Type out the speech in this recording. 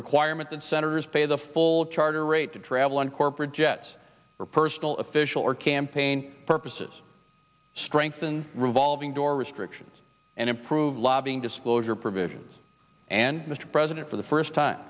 requirement that senators pay the full charter rate to travel on corporate jets for personal official or campaign purposes strengthen revolving door restrictions and improve lobbying disclosure provisions and mr president for the first time